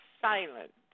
silent